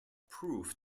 proof